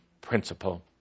principle